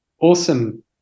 awesome